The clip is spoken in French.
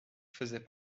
faisait